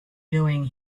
doing